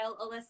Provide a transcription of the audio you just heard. Alyssa